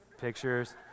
pictures